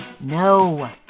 No